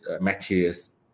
materials